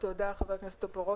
תודה ח"כ טופורובסקי,